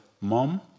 Mom